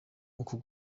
uku